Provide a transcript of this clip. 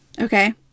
okay